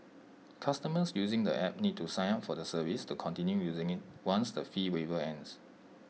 customers using the app need to sign up for the service to continue using IT once the fee waiver ends